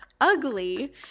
ugly